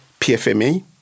pfma